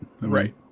Right